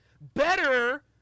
Better